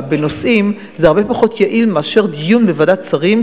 בנושאים זה הרבה פחות יעיל מאשר דיון בוועדת שרים,